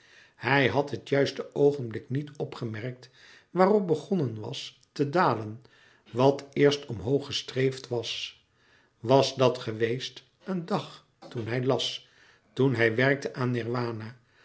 hij had het juiste oogenblik niet opgemerkt waarop begonnen was te dalen wat eerst omhoog gestreefd was was dat geweest een dag toen hij las toen hij werkte aan